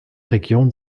region